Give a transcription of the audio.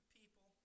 people